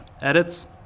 edits